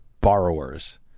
borrowers